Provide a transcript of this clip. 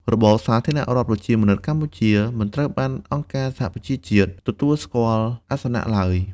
របបសាធារណរដ្ឋប្រជាមានិតកម្ពុជា មិនត្រូវបានអង្គការសហប្រជាជាតិទទួលស្គាល់អាសនៈឡើយ។